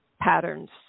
patterns